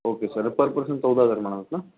okay sir per person चौदा हजार म्हणालात ना